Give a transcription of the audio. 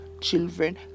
children